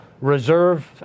reserve